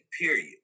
period